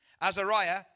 Azariah